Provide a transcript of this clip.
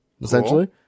essentially